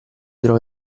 trova